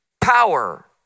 power